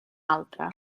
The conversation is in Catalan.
altre